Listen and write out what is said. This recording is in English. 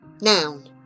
Noun